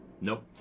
Nope